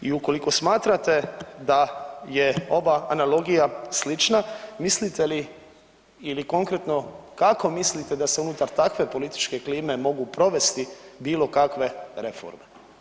I ukoliko smatrate da je ova analogija slična mislite li ili konkretno kako mislite da se unutar takve političke klime mogu provesti bilo kakve reforme.